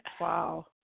wow